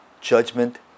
judgment